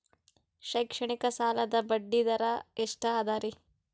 ಶೈಕ್ಷಣಿಕ ಸಾಲದ ಬಡ್ಡಿ ದರ ಎಷ್ಟು ಅದರಿ?